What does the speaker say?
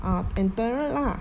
ah and toilet lah